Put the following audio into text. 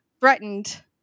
threatened